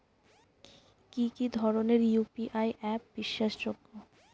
কি কি ধরনের ইউ.পি.আই অ্যাপ বিশ্বাসযোগ্য?